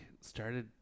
started